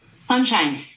Sunshine